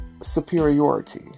superiority